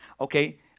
Okay